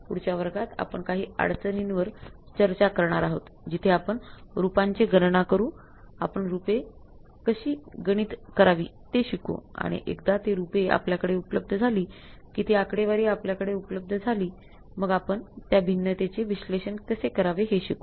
पुढच्या वर्गात आपण काही अडचणींवर चर्चा करणार आहोत जिथे आपण रूपांचे गणना करू आपण रूपे कशी गणित करावी ते शिकू आणि एकदा ते रूपे आपल्याकडे उपलब्ध झाली की ती आकडेवारी आपल्याकडे उपलब्ध झाली मग आपण त्या भिन्नतेचे विश्लेषण कसे करावे हे शिकू